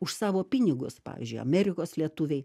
už savo pinigus pavyzdžiui amerikos lietuviai